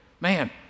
man